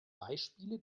beispiele